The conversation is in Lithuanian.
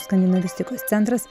skandinavistikos centras